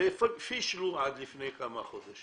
וכפי --- לפני כמה חודשים.